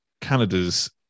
Canada's